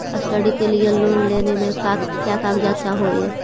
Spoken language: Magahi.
स्टडी के लिये लोन लेने मे का क्या कागजात चहोये?